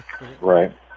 Right